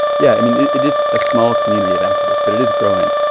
yeah. i mean, it it is a small community of activists, but it is growing.